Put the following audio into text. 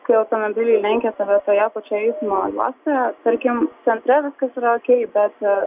kai automobiliai lenkia tave toje pačioje nuo juose tarkim centre viskas yra okei